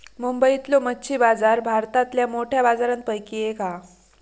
मुंबईतलो मच्छी बाजार भारतातल्या मोठ्या बाजारांपैकी एक हा